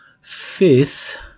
fifth